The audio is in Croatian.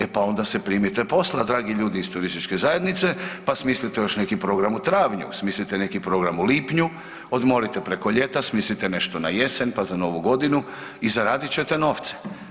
E pa onda se primite posla dragi ljudi iz turističke zajednice, pa smislite još neki program u travnju, smislite neki program u lipnju, odmorite preko ljeta, smislite nešto na jesen, pa za Novu Godinu i zaradit ćete novce.